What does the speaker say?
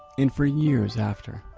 and for years after,